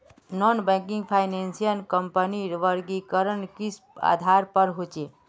Non banking finance कंपनीर वर्गीकरण किस आधार पर होचे?